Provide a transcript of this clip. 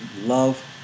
love